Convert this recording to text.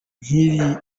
nkiri